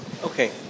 Okay